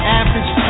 average